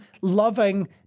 loving